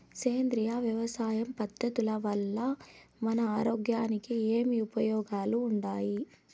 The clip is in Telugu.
సేంద్రియ వ్యవసాయం పద్ధతుల వల్ల మన ఆరోగ్యానికి ఏమి ఉపయోగాలు వుండాయి?